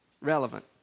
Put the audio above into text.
relevant